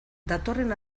datorren